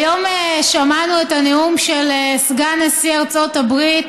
היום שמענו את הנאום של סגן נשיא ארצות הברית